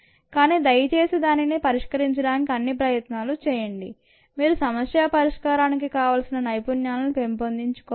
కానీ దయచేసి దానిని పరిష్కరించడానికి అన్ని ప్రయత్నాలు చేయండి మీరు సమస్య పరిష్కారా నికి కావాల్సిన నైపుణ్యాలను పెంపొందించుకోవాలి